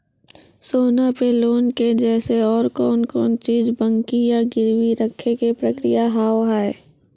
सोना पे लोन के जैसे और कौन कौन चीज बंकी या गिरवी रखे के प्रक्रिया हाव हाय?